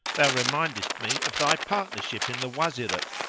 thou remindest me of thy partnership in the wazirate,